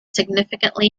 significantly